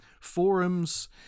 forums